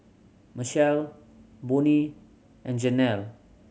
Michel Bonny and Jenelle